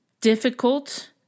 difficult